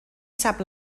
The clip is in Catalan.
sap